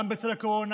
גם בצל הקורונה.